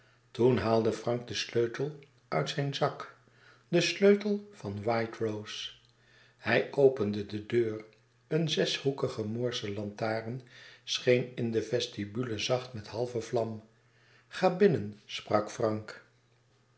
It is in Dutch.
toen haalde frank den sleutel uit zijn zak den sleutel van white rose hij opende de deur een zeshoekige moorsche lantaren scheen in de vestibule zacht met halve vlam ga binnen sprak frank